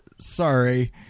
Sorry